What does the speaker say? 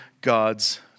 God's